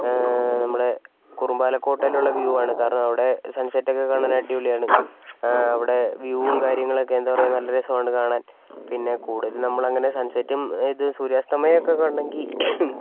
നമ്മളെ കുർബാന കോട്ടയിലുള്ള വ്യൂ ആണ് കാരണം അവിടെ സൺ സെറ്റ് ഒക്കെ കാണാൻ അടിപൊളിയാണ് അവിടെ വ്യൂവും കാര്യങ്ങളൊക്കെ എന്താ പറയാ നല്ല രസമാണ് കാണാൻ പിന്നെ കൂടുതലും നമ്മൾ അങ്ങനെ സൺ സെറ്റും ഇത് സൂര്യാസ്തമയവും ഒക്കെ കാണണമെങ്കിൽ